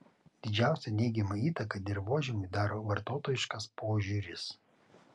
didžiausią neigiamą įtaką dirvožemiui daro vartotojiškas požiūris